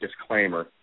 disclaimer